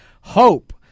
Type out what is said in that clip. Hope